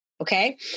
okay